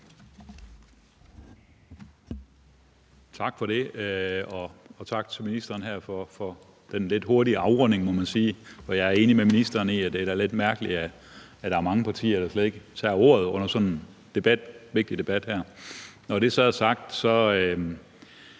Tak for det, og tak til ministeren for den lidt hurtige afrunding, må man sige. Jeg er enig med ministeren i, at det da er lidt mærkeligt, at der er mange partier, der slet ikke tager ordet under sådan en vigtig debat. Når det så er sagt, er